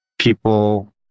people